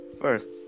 First